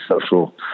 social